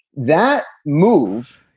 that move.